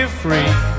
free